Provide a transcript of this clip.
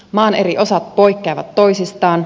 maan eri osat poikkeavat toisistaan